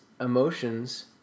emotions